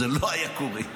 זה לא היה קורה.